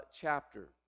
chapter